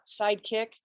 sidekick